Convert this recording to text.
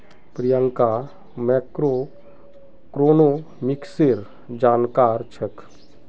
प्रियंका मैक्रोइकॉनॉमिक्सेर जानकार छेक्